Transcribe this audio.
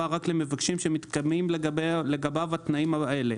רק למבקש שמתקיימים לגביו התנאים האלה: